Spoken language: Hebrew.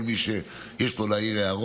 כל מי שיש לו הערות להעיר,